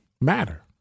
matter